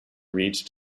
reached